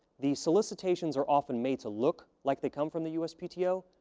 the solicitations are often made to look like they come from the uspto,